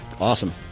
Awesome